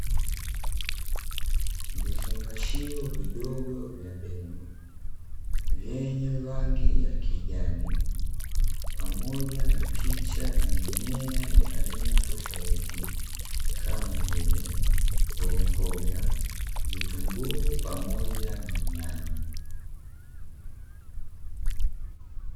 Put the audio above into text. Vifungashio vidogo vya mbegu, wenye rangi ya kijani moja na picha za mimea ya aina tofauti kama vile mboga vitunguu pamoja na nyanya.